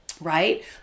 Right